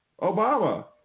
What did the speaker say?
Obama